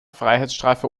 freiheitsstrafe